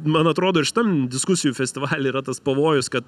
man atrodo ir šitam diskusijų festivalyje yra tas pavojus kad